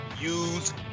use